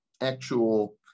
actual